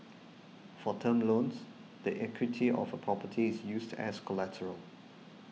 for term loans the equity of a property is used as collateral